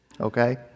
Okay